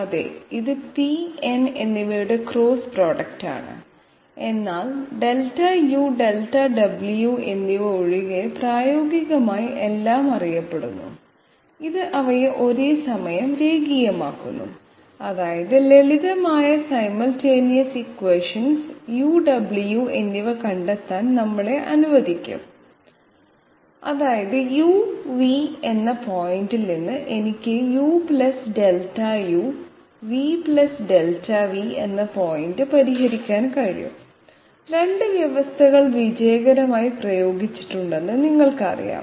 അതെ ഇത് p n എന്നിവയുടെ ക്രോസ് പ്രൊഡക്റ്റാണ് അതിനാൽ Δu Δw എന്നിവ ഒഴികെ പ്രായോഗികമായി എല്ലാം അറിയപ്പെടുന്നു ഇത് അവയെ ഒരേസമയം രേഖീയമാക്കുന്നു അതായത് ലളിതമായ സൈമൽട്ടെനിയസ് ഇക്വാഷനുകൾ u w എന്നിവ കണ്ടെത്താൻ നമ്മളെ അനുവദിക്കും അതായത് u v എന്ന പോയിന്റിൽ നിന്ന് എനിക്ക് u Δu v Δv എന്ന പോയിന്റ് പരിഹരിക്കാൻ കഴിയും 2 വ്യവസ്ഥകൾ വിജയകരമായി പ്രയോഗിച്ചിട്ടുണ്ടെന്ന് നിങ്ങൾക്കറിയാം